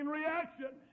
reaction